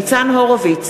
אינו נוכח ניצן הורוביץ,